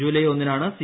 July ഒന്നിനാണ് C